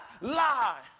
lie